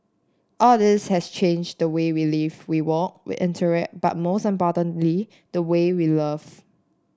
all this has changed the way we live we work we interact but most importantly the way we love